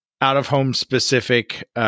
out-of-home-specific